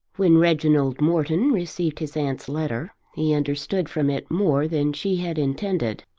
when reginald morton received his aunt's letter he understood from it more than she had intended.